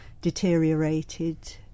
deteriorated